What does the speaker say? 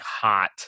hot